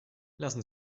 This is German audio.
lassen